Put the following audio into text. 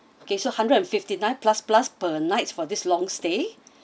okay so one hundred and fifty nine plus plus per night for this long stay